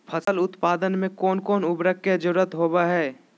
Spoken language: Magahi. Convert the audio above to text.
फसल उत्पादन में कोन कोन उर्वरक के जरुरत होवय हैय?